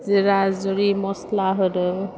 जिरा जुरि मस्ला होदों